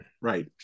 right